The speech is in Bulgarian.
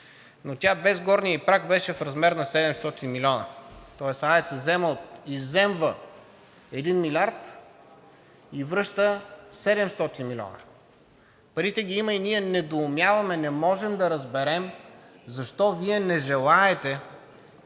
но тя без горния ѝ праг беше в размер на 700 милиона. Тоест АЕЦ изземва 1 милиард и връща 700 милиона. Парите ги има и ние недоумяваме, не можем да разберем защо Вие не желаете,